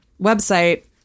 website